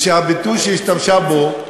ושהביטוי שהיא השתמשה בו,